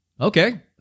okay